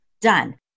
done